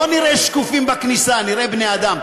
לא נראה שקופים בכניסה, נראה בני-אדם.